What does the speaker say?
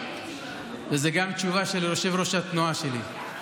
וזו גם תשובה של יושב-ראש התנועה שלי.